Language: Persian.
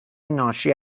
ناشی